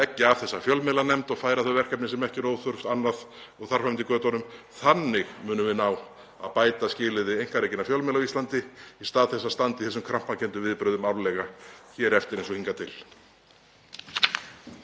leggja af þessa fjölmiðlanefnd og færa þau verkefni sem ekki eru óþörf annað og þar fram eftir götunum. Þannig munum við ná að bæta skilyrði einkarekinna fjölmiðla á Íslandi í stað þess að standa í þessum krampakenndu viðbrögðum árlega hér eftir eins og hingað til.